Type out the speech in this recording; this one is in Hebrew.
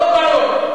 רוב ברור.